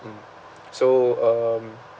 mm so um